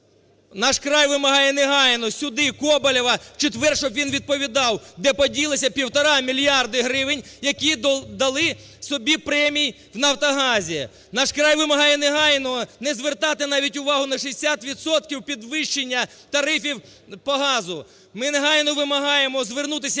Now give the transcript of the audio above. "Наш край" вимагає негайно сюди Коболєва, у четвер, щоб він доповідав, де поділися півтора мільярди гривень, які дали собі премії у "Нафтогазі"? "Наш край" вимагає негайно, не звертати навіть увагу на 60 відсотків підвищення тарифів по газу, ми негайно вимагаємо звернутися